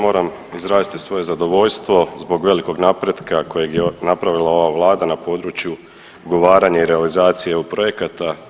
Moram izraziti svoje zadovoljstvo zbog velikog napretka kojeg je napravila ova Vlada na području ugovaranja i realizacije EU projekata.